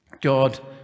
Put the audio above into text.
God